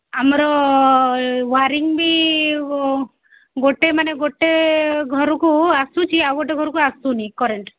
ଆମର ୱାରିଙ୍ଗ ବି ଗୋଟେ ମାନେ ଗୋଟେ ଘରୁକୁ ଆସୁଛି ଆଉ ଗୋଟେ ଘରୁକୁ ଆସୁନି କରେଣ୍ଟ୍